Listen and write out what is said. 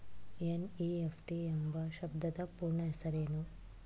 NEFT ಎಂಬ ಶಬ್ದದ ಪೂರ್ಣ ಹೆಸರೇನು?